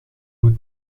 goed